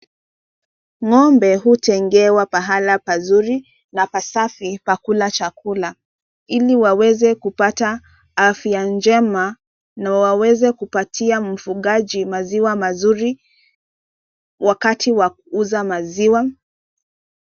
Ng'ombe hutengewa mahala pazuri na pasafi pa kula chakula ili waweze kupata afya njema, na waweze kupatia mvugaji maziwa mazuri wakati wa kuuza maziwa.